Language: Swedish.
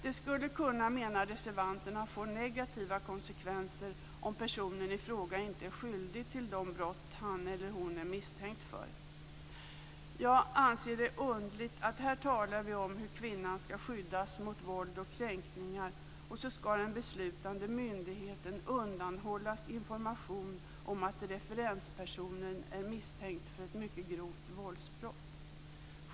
Det skulle kunna, menar reservanterna, få negativa konsekvenser om personen i fråga inte är skyldig till de brott han eller hon är misstänkt för. Jag anser att det är underligt att vi här talar om hur kvinnan ska skyddas mot våld och kränkningar och så ska den beslutande myndigheten undanhållas informationen om att referenspersonen är misstänkt för ett mycket grovt våldsbrott.